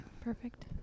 Perfect